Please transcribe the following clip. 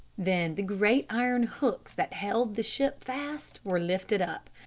then the great iron hooks that held the ship fast were lifted up,